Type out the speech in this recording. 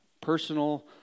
personal